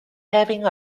having